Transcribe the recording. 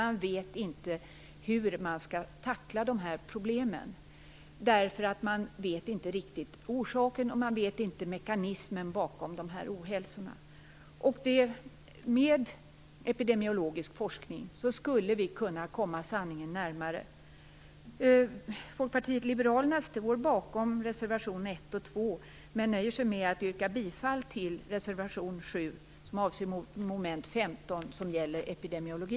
Man vet inte hur man skall tackla problemen, för man vet inte riktigt orsaken till dem och man känner inte till mekanismen bakom dessa ohälsor. Med epidemiologisk forskning skulle vi kunna komma sanningen närmare. Folkpartiet liberalerna står bakom reservationerna 1 och 2, men nöjer sig med att yrka bifall till reservation 7 som avser moment 15 som gäller epidemiologi.